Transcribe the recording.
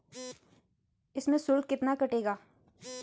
इसमें शुल्क कितना कटेगा?